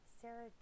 Sarah